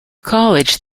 college